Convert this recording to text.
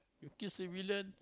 you kill civilian